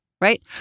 Right